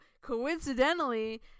coincidentally